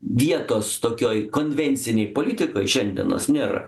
vietos tokioj konvencinėj politikoj šiandienos nėra